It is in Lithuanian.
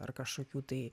ar kažkokių tai